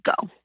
go